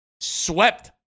Swept